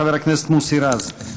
חבר הכנסת מוסי רז.